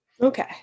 Okay